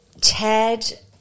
Ted